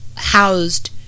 Housed